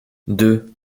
deux